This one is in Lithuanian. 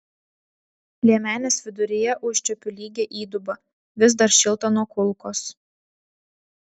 liemenės viduryje užčiuopiu lygią įdubą vis dar šiltą nuo kulkos